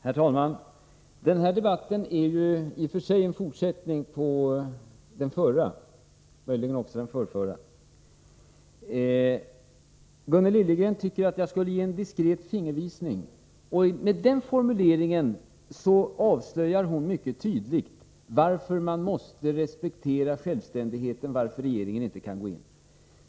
Herr talman! Den här debatten är i och för sig en fortsättning på den förra, och möjligen också den förrförra. Gunnel Liljegren tycker att jag skulle ge en diskret fingervisning. Med den formuleringen avslöjar hon mycket tydligt varför man måste respektera självständigheten och varför regeringen inte kan gå in.